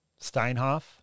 Steinhoff